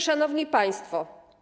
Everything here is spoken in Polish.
Szanowni Państwo!